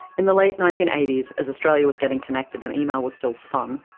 in the late nineteen eighty s, as australia was getting connected and email was still fun,